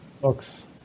books